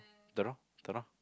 don't know don't know